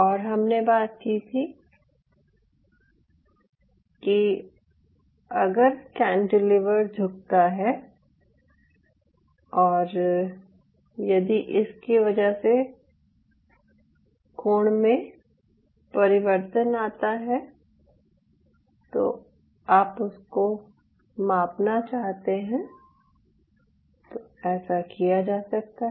और हमने बात की थी कि अगर कैंटीलीवर झुकता है और यदि इसकी वजह से कोण में परिवर्तन आता है और आप उसको मापना चाहते हैं तो ऐसा किया जा सकता है